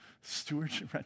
Stewardship